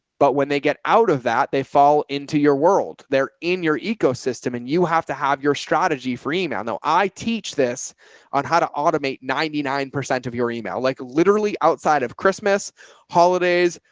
but when they get out of that, they fall into your world there in your ecosystem and you have to have your strategy for email. now i teach this on how to automate ninety nine percent of your email. like literally outside of christmas holidays,